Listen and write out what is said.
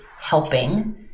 helping